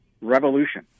revolution